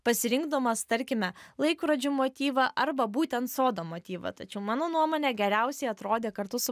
pasirinkdamos tarkime laikrodžių motyvą arba būtent sodo motyvą tačiau mano nuomone geriausiai atrodė kartu su